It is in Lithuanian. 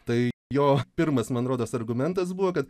tai jo pirmas man rodos argumentas buvo kad